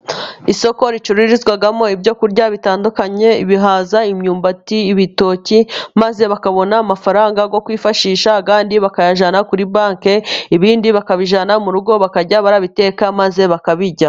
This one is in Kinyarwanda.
Isoko ricururizwamo ibyo kurya bitandukanye. Ibihaza, imyumbati, ibitoki, maze bakabona amafaranga yo kwifashishaka, ayandi bakayajyana kuri banki, ibindi bakabijyana mu rugo bakajya babiteka maze bakabirya.